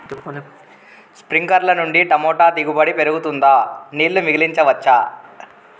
స్ప్రింక్లర్లు నుండి టమోటా దిగుబడి పెరుగుతుందా? నీళ్లు మిగిలించవచ్చా?